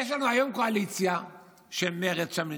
יש לנו היום קואליציה שמרצ שם נמצאת,